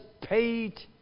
paid